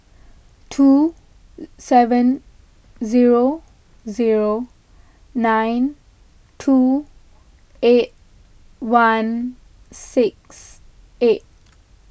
two seven zero zero nine two eight one six eight